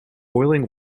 boiling